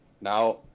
now